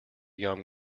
young